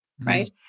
right